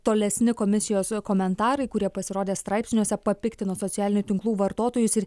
tolesni komisijos komentarai kurie pasirodė straipsniuose papiktino socialinių tinklų vartotojus ir